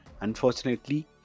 unfortunately